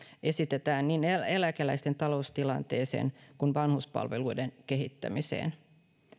esitetään niin eläkeläisten taloustilanteeseen kuin vanhuspalveluiden kehittämiseen